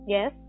Yes